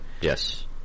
Yes